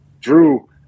Drew –